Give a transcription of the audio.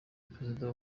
perezida